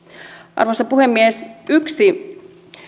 arvoisa puhemies yksi